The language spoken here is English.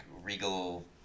regal